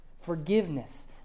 Forgiveness